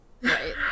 Right